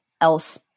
else